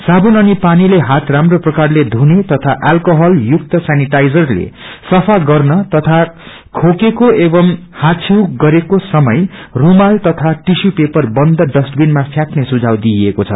साबुन अनि पानीले हात राम्रो प्रकारले धुने तथा एल्कोहल युप्र सेनिआइजरले सफाा गर्न तथा खोकेको एवं हाछिव गरेको सय रूमाल तथा टिश्यू पेपर बन्द डस्टविनमा फ्याँक्ने सुझाव दिइएको छ